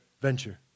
venture